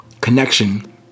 connection